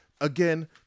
again